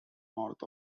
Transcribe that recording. north